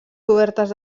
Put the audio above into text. cobertes